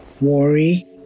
worry